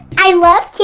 i love